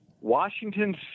Washington